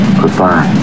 Goodbye